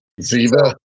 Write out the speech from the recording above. Ziva